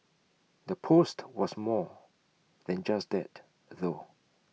the post was more than just that though